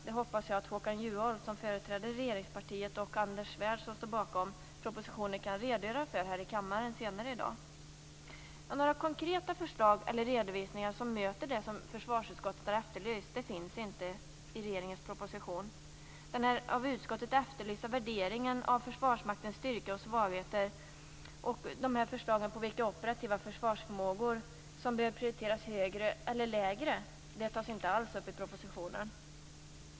Jag hoppas att Håkan Juholt, som företräder regeringspartiet, och Anders Svärd, som står bakom propositionen, kan redogöra för det i kammaren senare i dag. Några konkreta förslag eller redovisningar som möter det som försvarsutskottet har efterlyst finns inte i regeringens proposition. Den av utskottet efterlysta värderingen av Försvarsmaktens styrka och svagheter och förslagen på vilka operativa försvarsförmågor som behöver prioriteras högre eller lägre tas inte alls upp i propositionen.